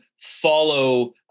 follow